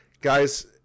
guys